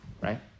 right